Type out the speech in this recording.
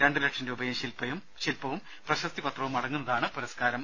രണ്ട് ലക്ഷം രൂപയും ശില്പവും പ്രശസ്തി പത്രവും അടങ്ങുന്നതാണ് പുരസ്കാരം